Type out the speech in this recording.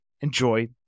enjoy